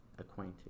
acquainted